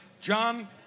John